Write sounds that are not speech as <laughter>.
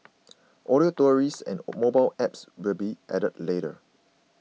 <noise> audio tours and mobile apps will be added later